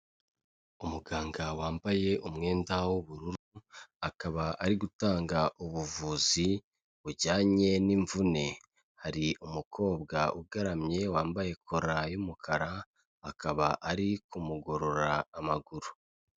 Umuganga wambaye umwenda w'ubururu, akaba ari gutanga ubuvuzi bujyanye n'imvune. Hari umukobwa ugaramye wambaye kora y'umukara, akaba ari kumugorora amaguru.